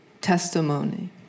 testimony